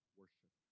worship